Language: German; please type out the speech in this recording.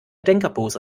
denkerpose